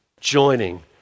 joining